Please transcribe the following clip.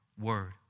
word